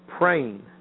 praying